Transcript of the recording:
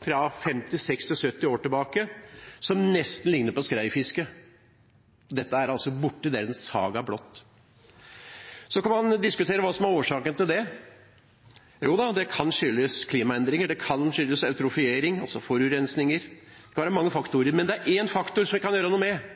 fra 50, 60 og 70 år tilbake som nesten ligner på skreifiske. Dette er altså borte, det er en saga blott. Så kan man diskutere hva som er årsaken til det. Joda, det kan skyldes klimaendringer, og det kan skyldes eutrofiering, altså forurensning. Det kan være mange faktorer, men det er én faktor som vi kan gjøre noe med,